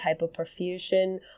hypoperfusion